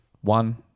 One